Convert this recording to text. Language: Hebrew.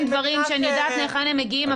דברים שאני יודעת מהיכן הם מגיעים,